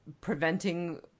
preventing